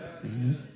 Amen